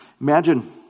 Imagine